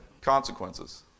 consequences